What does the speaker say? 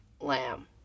Lamb